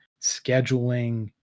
scheduling